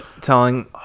telling